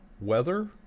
weather